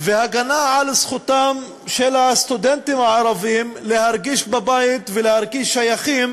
והגנה על זכותם של הסטודנטים הערבים להרגיש בבית ולהרגיש שייכים